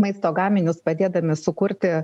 maisto gaminius padėdami sukurti